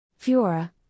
Fiora